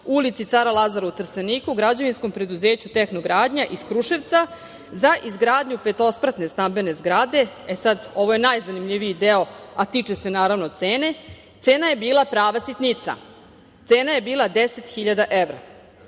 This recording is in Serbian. ulici Cara Lazara u Trsteniku građevinskom preduzeću „Tehno gradnja“ iz Kruševca za izgradnju petospratne stambene zgrade, e, sad, ovo je najzanimljiviji deo, a tiče se, naravno, cene, cena je bila prava sitnica. Cena je bila 10.000 evra.